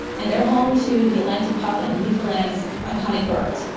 and they're home to the atlantic puffin, newfoundland's iconic bird.